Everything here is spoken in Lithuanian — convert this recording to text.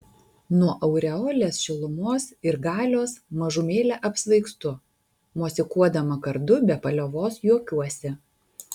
nuo aureolės šilumos ir galios mažumėlę apsvaigstu mosikuodama kardu be paliovos juokiuosi